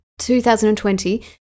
2020